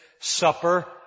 supper